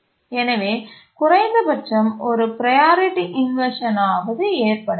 எனவே குறைந்தபட்சம் ஒரு ப்ரையாரிட்டி இன்வர்ஷன் ஆவது ஏற்பட வேண்டும்